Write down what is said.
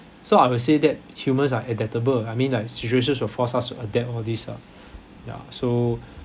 so I will say that humans are adaptable I mean like situations will force us to adapt all this lah ya so